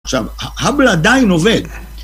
עכשיו, האבל עדיין עובד.